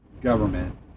government